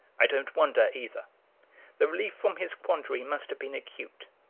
i don't wonder either the relief from his quandary must have been acute.